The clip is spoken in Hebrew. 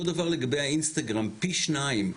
אותו הדבר לגבי האינסטגרם, פי שניים.